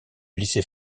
lycée